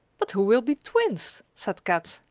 but who will be twins? said kat.